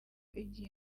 igihe